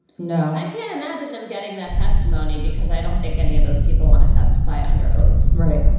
no, i can't imagine them getting that testimony because i don't think any of those people on to testify under oath. right.